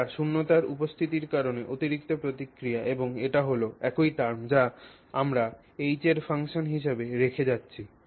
এটি শূন্যতার উপস্থিতির কারণে অতিরিক্ত প্রতিক্রিয়া এবং এটি হল একই টার্ম যা আমরা H এর ফাংশন হিসাবে এখানে রেখে যাচ্ছি